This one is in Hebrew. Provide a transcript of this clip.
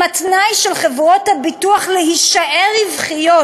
אם התנאי של חברות הביטוח להישאר רווחיות